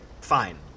fine